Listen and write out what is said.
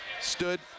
stood